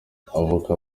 avoka